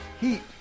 heat